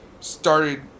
started